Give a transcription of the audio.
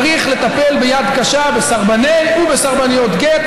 צריך לטפל ביד קשה בסרבני ובסרבניות גט,